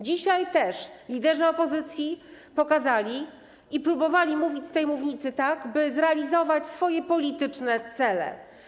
Dzisiaj też liderzy opozycji pokazali i próbowali mówić z tej mównicy tak, by zrealizować swoje polityczne cele.